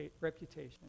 reputation